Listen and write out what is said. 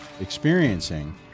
experiencing